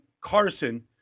Carson